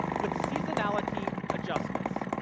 with seasonality adjustments,